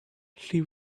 she